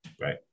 Right